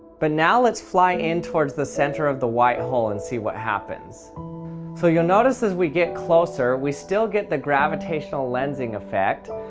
but now let's fly in towards the centre of the white hole and see what happens so you'll notice as we get closer we still get the gravitational lensing effect,